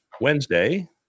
Wednesday